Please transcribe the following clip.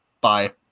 bye